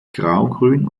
graugrün